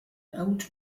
old